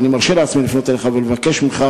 ואני מרשה לעצמי לפנות אליך ולבקש ממך